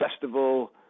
festival